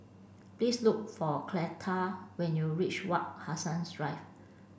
please look for Cleta when you reach Wak Hassan Drive